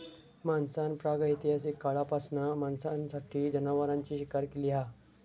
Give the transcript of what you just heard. माणसान प्रागैतिहासिक काळापासना मांसासाठी जनावरांची शिकार केली हा